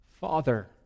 Father